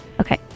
Okay